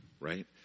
right